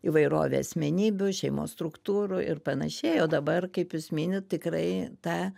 įvairovė asmenybių šeimos struktūrų ir panašiai o dabar kaip jūs minit tikrai ta